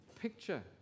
picture